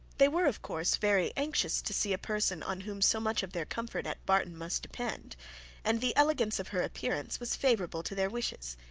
they were, of course, very anxious to see a person on whom so much of their comfort at barton must depend and the elegance of her appearance was favourable to their wishes.